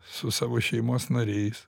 su savo šeimos nariais